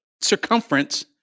circumference